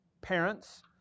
parents